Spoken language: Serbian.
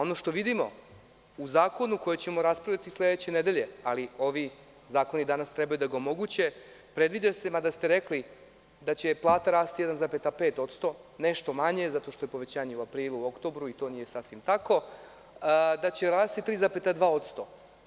Ono što vidimo u zakonu o kojem ćemo raspravljati sledeće nedelje, ali ovi zakoni danas trebaju da ga omoguće, predvideli ste, mada ste rekli da će plate rasti 1,5%, nešto manje, zato što je povećanje u aprilu i oktobru i to nije sasvim tako, da će rasti 3,2%